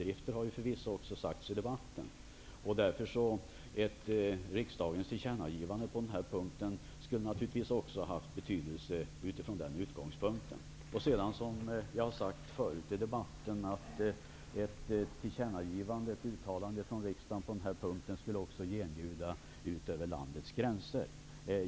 Det har förvisso förekommit många överdrifter. Ett tillkännagivande från riksdagen skulle naturligtvis ha haft betydelse också från den utgångspunkten. Ett tillkännagivande från riksdagen skulle också genljuda utanför landets gränser.